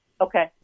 Okay